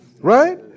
right